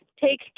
take